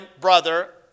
brother